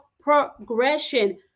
progression